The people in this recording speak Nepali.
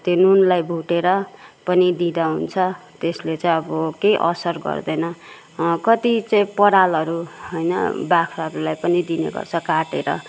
त्यो नुनलाई भुटेर पनि दिँदा हुन्छ त्यसले चाहिँ अबो केही असर गर्दैन कति चाहिँ परालहरू होइन बाख्रालाई पनि दिने गर्छ काटेर